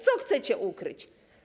Co chcecie ukryć?